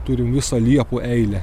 turim visą liepų eilę